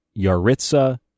Yaritsa